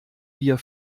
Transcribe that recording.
bier